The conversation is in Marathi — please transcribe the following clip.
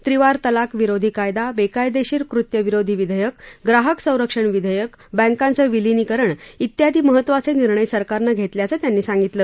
त्रिवार तलाक विरोधी कायदा बेकायदेशीर कृत्य विरोधी विधेयक ग्राहक संरक्षण विधेयक बँकांच विलिनीकरण त्यादी महत्त्वाचे निर्णय सरकारनं घेतल्याचं त्यांनी सांगितलं